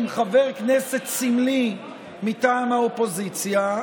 עם חבר כנסת סמלי מטעם האופוזיציה,